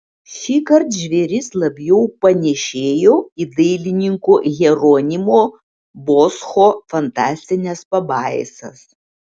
šįkart žvėris labiau panėšėjo į dailininko hieronimo boscho fantastines pabaisas